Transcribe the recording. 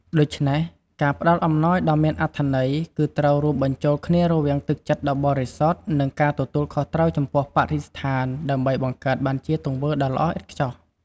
ដូច្នេះ ការផ្តល់អំណោយដ៏មានអត្ថន័យ គឺត្រូវរួមបញ្ចូលគ្នារវាង ទឹកចិត្តដ៏បរិសុទ្ធ និង ការទទួលខុសត្រូវចំពោះបរិស្ថាន ដើម្បីបង្កើតបានជាទង្វើដ៏ល្អឥតខ្ចោះ។